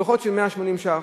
דוחות של 180 ש"ח.